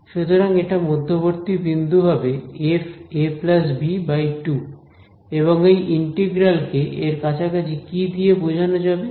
সুতরাং এটা মধ্যবর্তী বিন্দু হবে f a b2 এবং এই ইন্টিগ্রাল কে এর কাছাকাছি কি দিয়ে বোঝানো যাবে